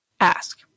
ask